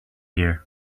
here